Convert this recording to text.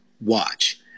watch